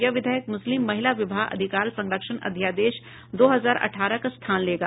यह विधेयक मुस्लिम महिला विवाह अधिकार संरक्षण अध्यादेश दो हजार अठारह का स्थान लेगा